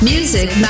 Music